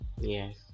yes